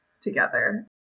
together